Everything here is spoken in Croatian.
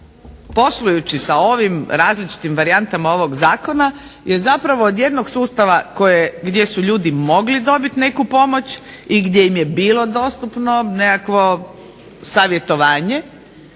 poslujući sa ovim različitim varijantama ovog zakona je zapravo od jednog sustava gdje su ljudi mogli dobiti neku pomoć i gdje im je bilo dostupno nekakvo savjetovanje